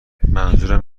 منظورم